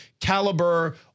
Caliber